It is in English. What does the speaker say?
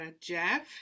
Jeff